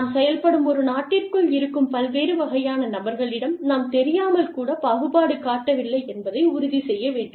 நாம் செயல்படும் ஒரு நாட்டிற்குள் இருக்கும் பல்வேறு வகையான நபர்களிடம் நாம் தெரியாமல் கூட பாகுபாடு காட்டவில்லை என்பதை உறுதி செய்ய வேண்டும்